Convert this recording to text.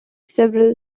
several